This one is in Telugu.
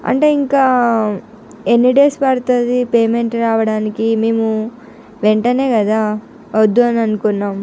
అంటే ఇంకా ఎన్ని డేస్ పడుతుంది పేమెంట్ రావడానికి మేము వెంటనే కదా వద్దు అని అనుకున్నాము